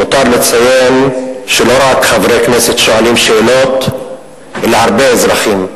מותר לציין שלא רק חברי כנסת שואלים שאלות אלא הרבה אזרחים,